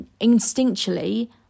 instinctually